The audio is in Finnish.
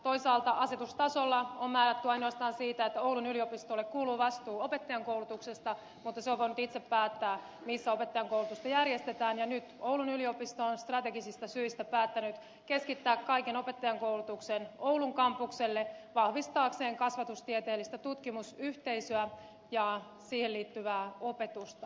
toisaalta asetustasolla on määrätty ainoastaan siitä että oulun yliopistolle kuuluu vastuu opettajankoulutuksesta mutta se on voinut itse päättää missä opettajankoulutusta järjestetään ja nyt oulun yliopisto on strategisista syistä päättänyt keskittää kaiken opettajankoulutuksen oulun kampukselle vahvistaakseen kasvatustieteellistä tutkimusyhteisöä ja siihen liittyvää opetusta